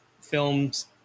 films